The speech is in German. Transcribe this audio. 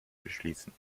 beschließen